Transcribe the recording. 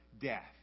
death